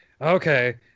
okay